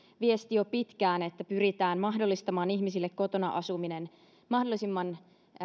jo pitkään että pyritään mahdollistamaan ihmisille kotona asuminen mahdollisimman